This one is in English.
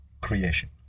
creation